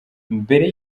mbere